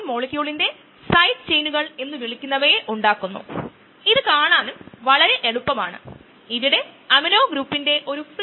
Michaelis Menten material balance തുടങ്ങിയവയുടെ അതേ വരികളിലൂടെ നമുക്ക് ഒരു നീണ്ട പ്രക്രിയയിലൂടെ കടന്നുപോകാൻ കഴിയും